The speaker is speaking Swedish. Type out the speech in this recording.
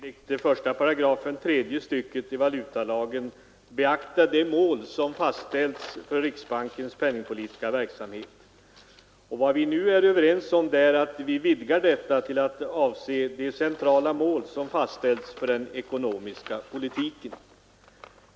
Herr talman! Valutastyrelsen har enligt 18 tredje stycket i den nuvarande valutalagen att beakta de mål som fastställts för riksbankens penningpolitiska verksamhet. Vad vi nu är överens om är att vidga denna bestämmelse till att avse de centrala mål som fastställts för den ekonomiska politiken.